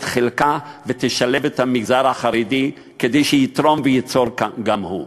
חלקה ותשלב את המגזר החרדי כדי שיתרום וייצור גם הוא.